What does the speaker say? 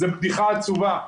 זו בדיחה עצובה.